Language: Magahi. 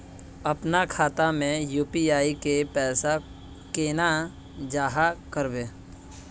अपना खाता में यू.पी.आई के पैसा केना जाहा करबे?